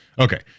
okay